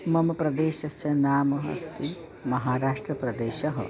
मम प्रदेशस्य नामः अस्ति महाराष्ट्रप्रदेशः